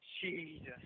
Jesus